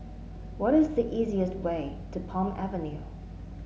what is the easiest way to Palm Avenue